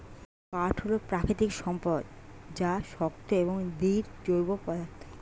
কাঠ হল প্রাকৃতিক সম্পদ যা শক্ত এবং দৃঢ় জৈব পদার্থ